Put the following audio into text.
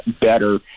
better